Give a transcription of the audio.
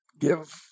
give